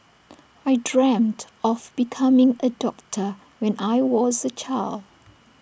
I dreamt of becoming A doctor when I was A child